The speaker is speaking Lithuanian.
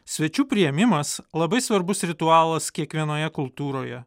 svečių priėmimas labai svarbus ritualas kiekvienoje kultūroje